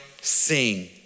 sing